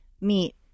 meet